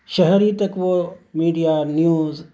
شہر ہی تک وہ میڈیا نیوز